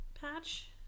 patch